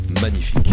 magnifique